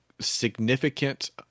significant